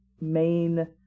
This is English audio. main